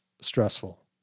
stressful